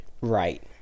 Right